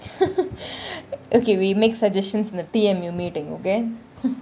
okay we make suggestions in the P_M new meeting okay